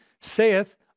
Saith